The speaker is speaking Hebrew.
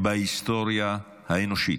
בהיסטוריה האנושית,